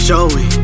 Joey